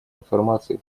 информацией